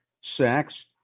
sex